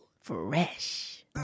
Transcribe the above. Fresh